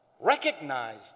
recognized